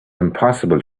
impossible